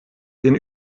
den